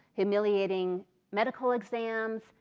humiliating medical exams.